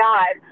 God